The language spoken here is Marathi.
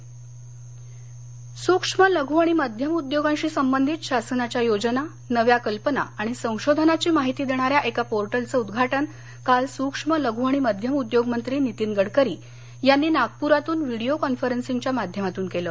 गडकरी पोर्टल स्क्ष्म लघू आणि मध्यम उद्योगांशी संबंधित शासनाघ्या योजना नव्या कल्पना आणि संशोधनाची माहिती देणाऱ्या एका पोर्टलचं उद्घाटन काल सूक्ष्म लघू आणि मध्यम उद्योग मंत्री नितीन गडकरी यांनी नागपूरातून व्हिडीओ कॉन्फरंसिंगच्या माध्यमातून केलं